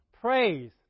Praise